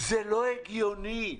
זה לא הגיוני.